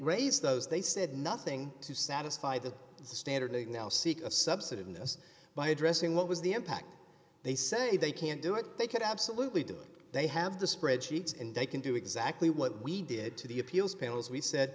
raised those they said nothing to satisfy the standard now seek a subsidy in the us by addressing what was the impact they say they can't do it they could absolutely do they have the spreadsheets and they can do exactly what we did to the appeals panels we said